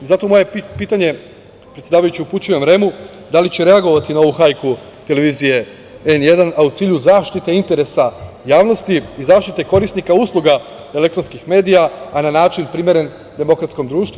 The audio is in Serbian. Moje pitanje, predsedavajući, upućujem REM-u - da li će reagovati na ovu hajku televizije N1, a u cilju zaštite interesa javnosti i zaštite korisnika usluga elektronskih medija, a na način primeren demokratskom društvu?